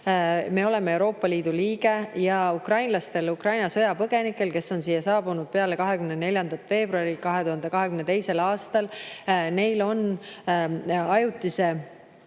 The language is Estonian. Me oleme Euroopa Liidu liige ja ukrainlastel, Ukraina sõjapõgenikel, kes on siia saabunud peale 24. veebruaril 2022. aastal, on ajutise